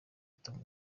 tom